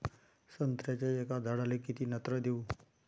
संत्र्याच्या एका झाडाले किती नत्र देऊ?